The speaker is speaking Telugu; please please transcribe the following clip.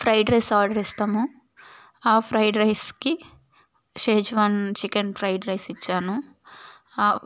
ఫ్రైడ్ రైస్ ఆర్డర్ ఇస్తాము ఆ ఫ్రైడ్ రైస్కి ఛేజ్వన్ చికెన్ ఫ్రైడ్ రైస్ ఇచ్చాను